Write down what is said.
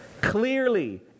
Clearly